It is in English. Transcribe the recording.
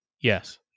Yes